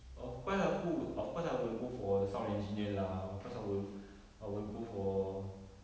of course aku of course I will go for sound engineer lah of course I will I will go for